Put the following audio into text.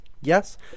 Yes